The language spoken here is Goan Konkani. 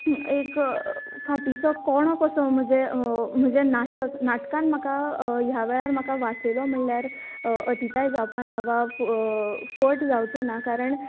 एक फाटीचो कणो कसो म्हजें म्हजें नाटक नाटकान म्हाका ह्या वेळार म्हाका वाचयलो म्हळ्यार अतिताय जावपाना वा फट जावंचे ना कारण त्याच वेळाचेर